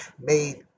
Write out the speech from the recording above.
made